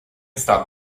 stop